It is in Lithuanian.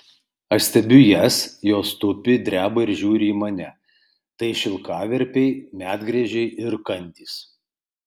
aš stebiu jas jos tupi dreba ir žiūri į mane tai šilkaverpiai medgręžiai ir kandys